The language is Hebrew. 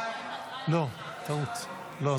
12, אין מתנגדים, אין נמנעים.